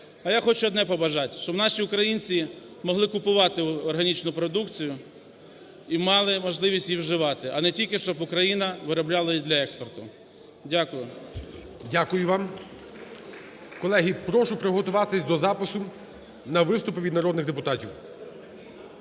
А я хочу одне побажати: щоб наші українці могли купувати органічну продукцію і мали можливість її вживати, а не тільки щоб Україна виробляла її для експорту. Дякую. ГОЛОВУЮЧИЙ. Дякую вам. Колеги, прошу приготуватись до запису на виступи від народних депутатів.